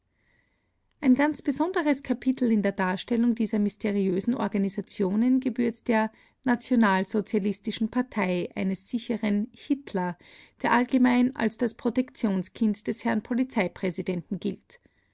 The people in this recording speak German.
ein ganz besonderes kapitel in der darstellung dieser mysteriösen organisationen gebührt der national-sozialistischen partei eines sichern hitler der allgemein als das protektionskind des herrn polizeipräsidenten gilt